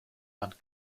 and